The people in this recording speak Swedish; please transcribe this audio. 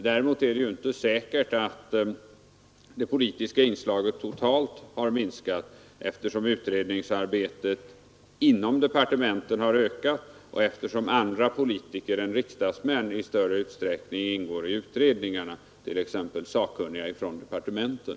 Däremot är det inte säkert att det politiska inslaget totalt har minskat, eftersom utredningsarbetet inom departementen har ökat och eftersom andra politiker än riksdagsmän i större utsträckning ingår i utredningarna, t.ex. sakkunniga från departementen.